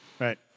Right